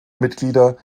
mitglieder